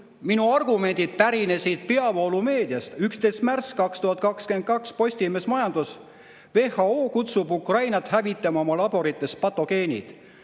minu argumendid pärinesid peavoolumeediast. 11. märts 2022, Postimehe majandus[rubriik]: "WHO kutsus Ukrainat hävitama oma laborites patogeenid.